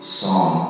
song